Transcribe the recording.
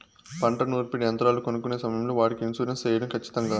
పంట నూర్పిడి యంత్రాలు కొనుక్కొనే సమయం లో వాటికి ఇన్సూరెన్సు సేయడం ఖచ్చితంగా?